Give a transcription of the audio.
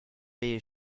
beige